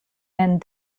and